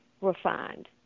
refined